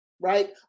right